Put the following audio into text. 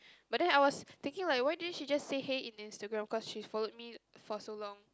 but then I was thinking like why didn't she just say hey in Instagram because she's followed me for so long